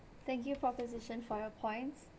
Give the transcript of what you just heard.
thank you proposition for your points